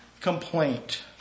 complaint